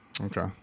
Okay